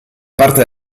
parte